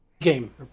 game